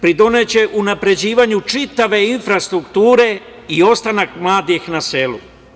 Pridoneće unapređivanju čitave infrastrukture i ostanak mladih na selu.